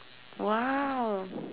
!wow!